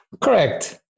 Correct